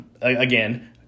again